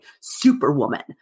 Superwoman